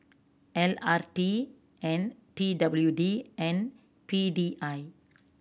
L R T N T W D and P D I